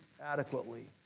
adequately